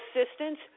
assistance